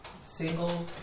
Single